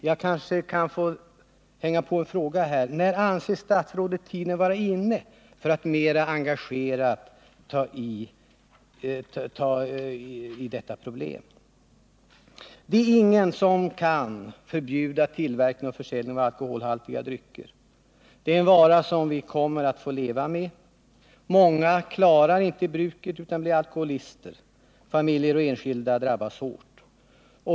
Där kanske jag kan få hänga på en fråga: När anser statsrådet tiden vara inne för att mera engagerat ta tag i detta problem? Det är ingen som kan förbjuda tillverkning och försäljning av alkoholhaltiga drycker. Det är en vara som vi kommer att få leva med. Många klarar inte bruket utan blir alkoholister. Familjer och enskilda drabbas hårt.